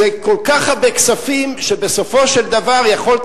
זה כל כך הרבה כספים שבסופו של דבר יכולת